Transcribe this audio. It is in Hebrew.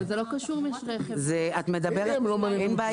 אין לי בעיה.